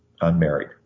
unmarried